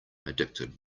addicted